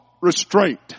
restraint